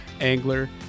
angler